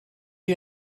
you